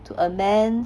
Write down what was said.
to amend